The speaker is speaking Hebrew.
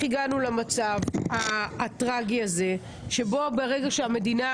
הגענו למצב הטראגי הזה שבו ברגע שהמדינה